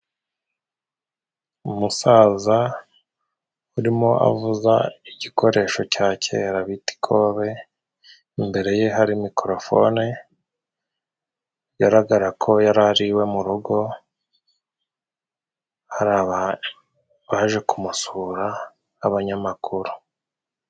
Umusaza urimo avuza igikoresho cya kera bita ikobe, imbere ye hari mikorofone bigaragara ko yari ari iwe mu rugo hari abaje kumusura, abanyamakuru.